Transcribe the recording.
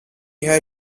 had